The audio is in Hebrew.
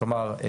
כלומר,